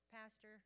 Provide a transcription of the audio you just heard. Pastor